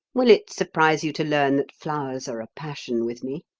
will it surprise you to learn that flowers are a passion with me,